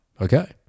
Okay